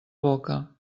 boca